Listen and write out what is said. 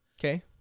Okay